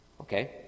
okay